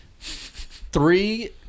three